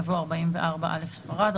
יבוא: (44א) ספרד,